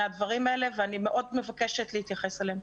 הדברים האלה ואני מאוד מבקשת להתייחס אליהם.